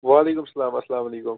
وَعلیکُم السَلام اَلسَلام علیکُم